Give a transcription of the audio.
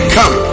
Come